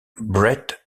brett